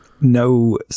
No